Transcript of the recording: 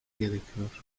gerekiyor